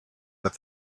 that